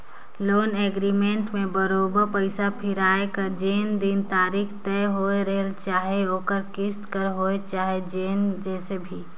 loan agreement में बरोबेर पइसा फिराए कर जेन दिन तारीख तय होए रहेल चाहे ओहर किस्त कर होए चाहे जइसे भी